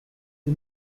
the